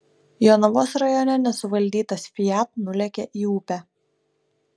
jonavos rajone nesuvaldytas fiat nulėkė į upę